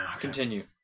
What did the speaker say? continue